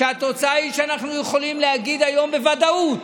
כאשר התוצאה היא שאנחנו יכולים להגיד היום בוודאות: